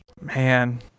Man